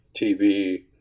TV